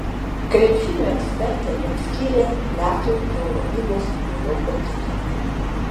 krepšinio ekspertai jam skyrė metų eurolygos naujoko titulą